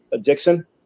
Dixon